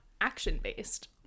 action-based